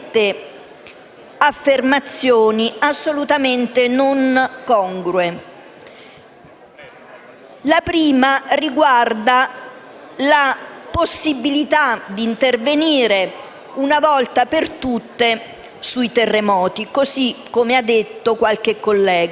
affermazioni assolutamente non congrue. La prima affermazione riguarda la possibilità di intervenire una volta per tutte sui terremoti, così come ha dichiarato qualche collega.